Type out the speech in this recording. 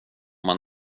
man